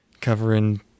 Covering